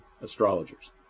astrologers